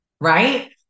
right